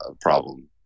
problem